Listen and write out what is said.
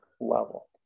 level